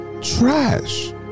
Trash